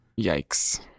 Yikes